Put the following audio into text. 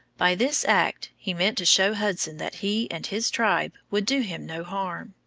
by this act he meant to show hudson that he and his tribe would do him no harm.